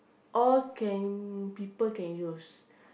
all can people can use